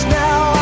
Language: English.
now